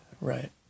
Right